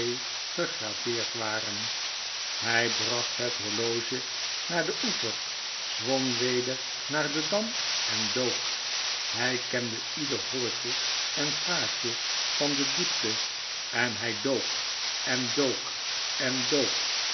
gegraveerd waren hij bracht het horloge aan den oever zwom weder naar den dam en dook hij kende ieder holletje en gaatje van de diepte en hij dook en dook en dook